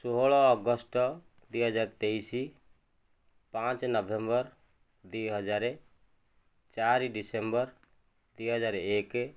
ଷୋହଳ ଅଗଷ୍ଟ ଦୁଇ ହଜାର ତେଇଶ ପାଞ୍ଚ ନଭେମ୍ବର ଦୁଇ ହଜାରେ ଚାରି ଡିସେମ୍ବର ଦୁଇ ହଜାରେ ଏକ